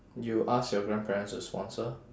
you ask your grandparents to sponsor